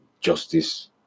justice